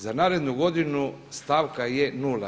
Za narednu godinu stavka je nula.